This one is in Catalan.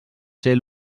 ser